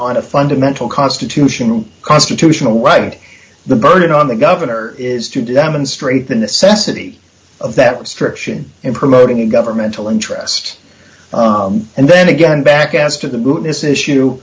on a fundamental constitutional constitutional right the burden on the governor is to demonstrate the necessity of that instruction in promoting a governmental interest and then again back as to the root this issue